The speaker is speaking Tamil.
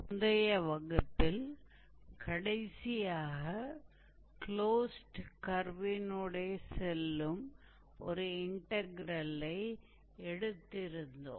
முந்தைய வகுப்பில் கடைசியாக க்ளோஸ்ட் கர்வினூடே செல்லும் ஒரு இன்டக்ரெல்லை எடுத்திருந்தோம்